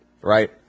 right